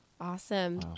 Awesome